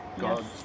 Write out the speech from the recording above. God